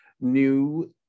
new